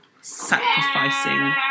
sacrificing